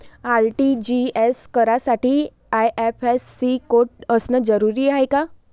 RTGS करासाठी IFSC code असनं जरुरीच हाय का?